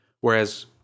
whereas